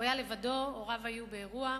הוא היה לבדו, הוריו היו באירוע.